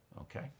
okay